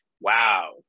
wow